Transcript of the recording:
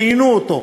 ראיינו אותו,